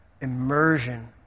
immersion